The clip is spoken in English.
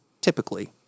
typically